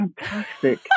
fantastic